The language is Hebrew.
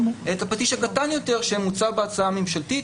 אלא את הפטיש הקטן יותר שמוצע בהצעה הממשלתית.